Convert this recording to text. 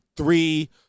three